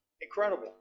Incredible